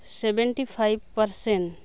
seventy five percent